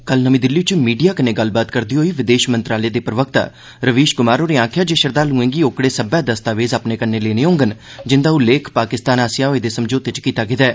कल नमीं दिल्ली च मीडिया कन्नै गल्लबात करदे होई विदेश मंत्रालय दे प्रवक्ता रवीश कुमार होरें आखेआ जे श्रद्दालुएं गी ओकड़े सब्बै दस्तावेज अपने कन्नै लेने होङन जिंदा उल्लेख पाकिस्तान कन्नै होए दे समझौते च कीता गेदा ऐ